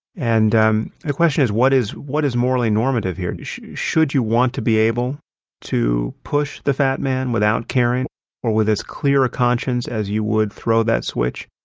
and um the question is, what is what is morally normative here? should should you want to be able to push the fat man without caring or with as clear a conscience as you would throw that switch?